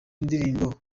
indirimbo